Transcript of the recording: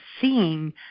seeing